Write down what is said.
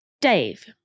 Dave